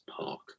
park